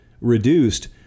reduced